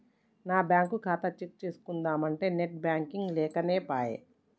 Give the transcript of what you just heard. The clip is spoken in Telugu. నా బ్యేంకు ఖాతా చెక్ చేస్కుందామంటే నెట్ బాంకింగ్ లేకనేపాయె